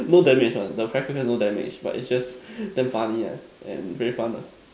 no damage one the cracker no damage but is just damn funny ah and very fun ah